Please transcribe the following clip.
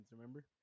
remember